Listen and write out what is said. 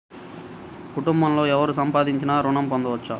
కుటుంబంలో ఎవరు సంపాదించినా ఋణం పొందవచ్చా?